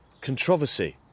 controversy